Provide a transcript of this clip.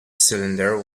cylinder